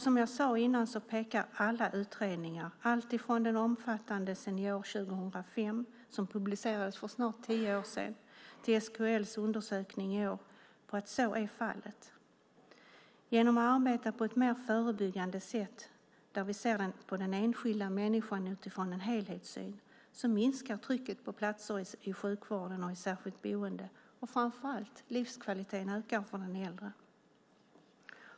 Som jag sade innan pekar alla utredningar, alltifrån den omfattande Senior 2005 som publicerades för snart tio år sedan till SKL:s undersökning i år, på att så är fallet. Genom att arbeta på ett mer förebyggande sätt där vi ser på den enskilda människan utifrån en helhetssyn minskar trycket på platser i sjukvården och i särskilt boende, och framför allt ökar livskvaliteten för den äldre.